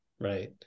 right